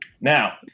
Now